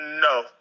No